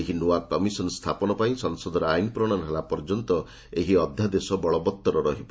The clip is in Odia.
ଏକ ନୂଆ କମିଶନ ସ୍ଥାପନ ପାଇଁ ସଂସଦରେ ଆଇନ ପ୍ରଣୟନ ହେଲା ପର୍ଯ୍ୟନ୍ତ ଏହି ଅଧ୍ୟାଦେଶ ବଳବତ୍ତର ରହିବ